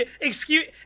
excuse